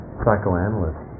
psychoanalyst